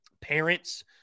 parents